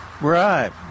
Right